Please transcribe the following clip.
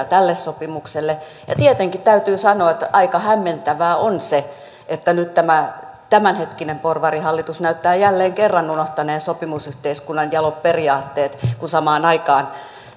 tälle sopimukselle tietenkin täytyy sanoa että aika hämmentävää on se että nyt tämä tämänhetkinen porvarihallitus näyttää jälleen kerran unohtaneen sopimusyhteiskunnan jalot periaatteet kun samaan aikaan